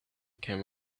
came